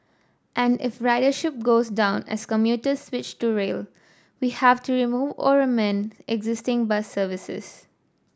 and if ridership goes down as commuters switch to rail we have to remove or amend existing bus services